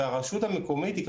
והרשות המקומית היא,